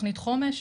תוכנית חומש,